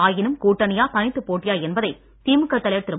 ஆயினும் கூட்டணியா தனித்து போட்டியா என்பதை திமுக தலைவர் திரு